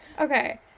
Okay